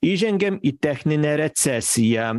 įžengėm į techninę recesiją